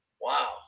Wow